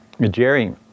Jerry